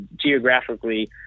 geographically